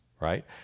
right